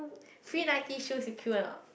free Nike shoes you queue or not